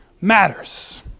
matters